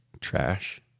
trash